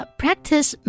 practice